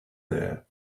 there